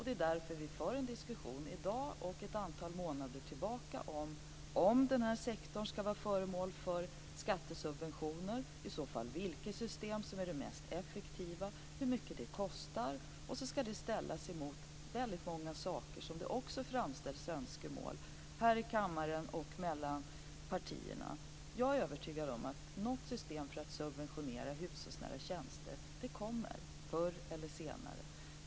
Det är därför vi för en diskussion i dag och sedan ett antal månader tillbaka om huruvida den här sektorn ska vara föremål för skattesubventioner och i så fall vilket system som är det mest effektiva och hur mycket det kostar. Det ska ställas mot väldigt många saker som det också framställs önskemål om här i kammaren och mellan partierna. Jag är övertygad om att något system för att subventionera hushållsnära tjänster kommer, förr eller senare.